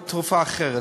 או תרופה אחרת.